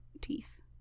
teeth